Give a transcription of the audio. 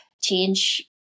change